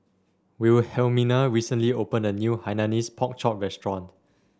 Wilhelmina recently opened a new Hainanese Pork Chop restaurant